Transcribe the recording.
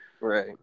right